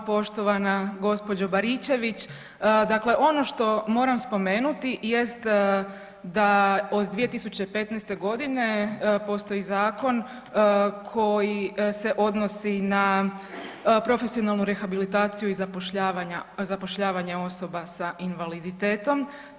Hvala vam poštovana gospođo Buričević, dakle ono što moram spomenuti jest da od 2015. godine postoji zakon koji se odnosi na profesionalnu rehabilitaciju i zapošljavanje osoba sa invaliditetom.